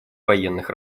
военных